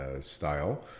style